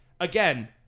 again